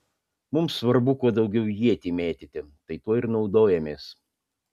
mums svarbu kuo daugiau ietį mėtyti tai tuo ir naudojamės